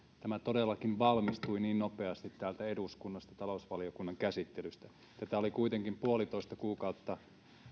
tämä todellakin valmistui niin nopeasti täältä eduskunnasta talousvaliokunnan käsittelystä tätä mallia oli kuitenkin puolitoista kuukautta